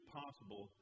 possible